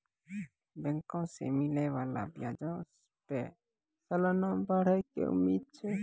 बैंको से मिलै बाला ब्याजो पे सलाना बढ़ै के उम्मीद छै